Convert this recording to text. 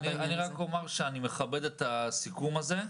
רק אומר שאני מכבד את הסיכום הזה,